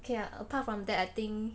okay ah apart from that I think